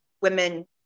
women